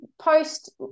post